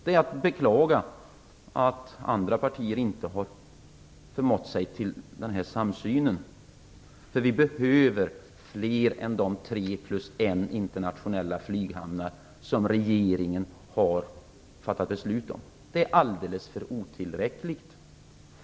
Det är att beklaga att andra partier inte har förmått sig till en sådan samsyn, för vi behöver fler än de tre plus en internationella flyghamnar som regeringen har fattat beslut om. Det är alldeles för otillräckligt.